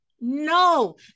no